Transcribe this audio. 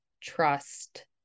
trust